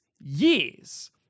years